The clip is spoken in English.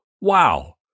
Wow